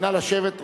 נא לשבת.